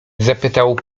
zapytał